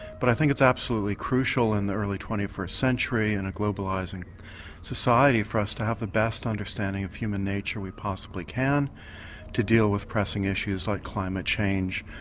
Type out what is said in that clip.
but i think it's absolutely crucial in the early twenty first century in a globalising society for us to have the best understanding of human nature we possibly can to deal with pressing issues like climate change,